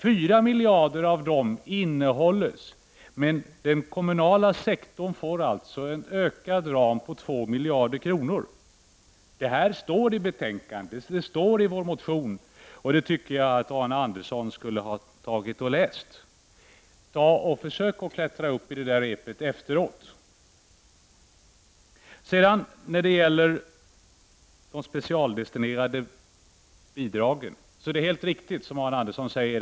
4 miljarder kronor av dessa medel innehålles, men den kommunala sektorn får en med 2 miljarder kronor ökad ram. Detta står i betänkandet, och det står i vår motion. Jag tycker att Arne Andersson borde ha läst detta. Försök att klättra upp efter repet, efter debatten! När det sedan gäller de specialdestinerade bidragen är det helt riktigt som Arne Andersson säger.